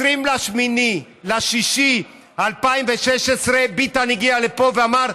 ב-28 ביוני 2016 ביטן הגיע לפה ואמר: